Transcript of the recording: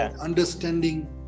understanding